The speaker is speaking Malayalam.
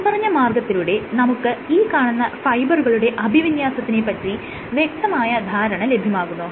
മേല്പറഞ്ഞ മാർഗ്ഗത്തിലൂടെ നമുക്ക് ഈ കാണുന്ന ഫൈബറുകളുടെ അഭിവിന്യാസത്തിനെ പറ്റി വ്യക്തമായ ധാരണ ലഭ്യമാകുന്നു